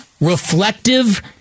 reflective